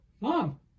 mom